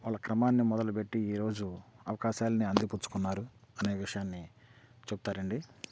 వాళ్ళ క్రమాన్ని మొదలు పెట్టి ఈరోజు అవకాశాల్ని అంది పుచ్చుకున్నారు అనే విషయాన్ని చెప్తారండి